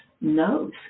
knows